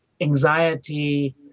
anxiety